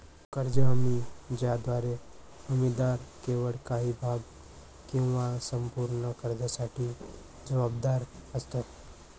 कर्ज हमी ज्याद्वारे हमीदार केवळ काही भाग किंवा संपूर्ण कर्जासाठी जबाबदार असतो